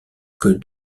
que